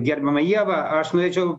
gerbiama ieva aš norėčiau